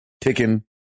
ticking